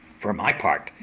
for my part,